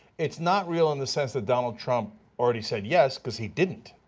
it's not real in the sense that donald trump already said yes, because he didn't.